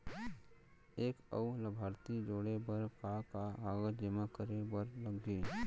एक अऊ लाभार्थी जोड़े बर का का कागज जेमा करे बर लागही?